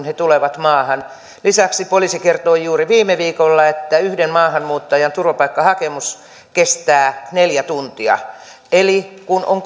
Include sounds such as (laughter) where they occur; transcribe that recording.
(unintelligible) he tulevat maahan lisäksi poliisi kertoi juuri viime viikolla että yhden maahanmuuttajan turvapaikkahakemuksessa kestää neljä tuntia eli kun on (unintelligible)